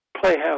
Playhouse